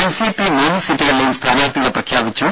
NCP മൂന്ന് സീറ്റുകളിലേയും സ്ഥാനാർത്ഥികളെ പ്രഖ്യാപിച്ചു